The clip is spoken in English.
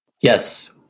Yes